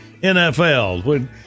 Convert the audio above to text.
NFL